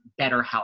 BetterHelp